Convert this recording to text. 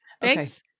Thanks